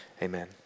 Amen